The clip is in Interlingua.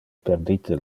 perdite